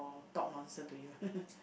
I talk nonsense to you